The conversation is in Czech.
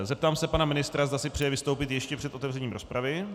Zeptám se pana ministra, zda si přeje vystoupit ještě před otevřením rozpravy.